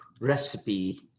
recipe